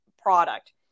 product